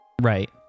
Right